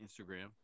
Instagram